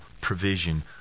provision